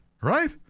right